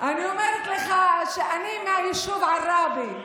אני אומרת לך שאני מהיישוב עראבה,